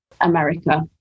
America